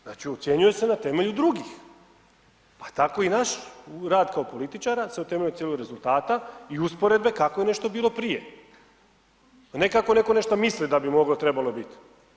Znači ocjenjuje se na temelju drugih pa tako i naš rad kao političara se utemeljuje na temelju cijelog rezultata i usporedbe kako je nešto bilo prije a ne kako netko nešto misli da bi moglo, trebalo biti.